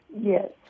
yes